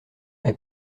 est